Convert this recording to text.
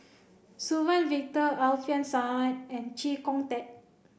Suzann Victor Alfian Sa'at and Chee Kong Tet